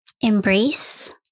embrace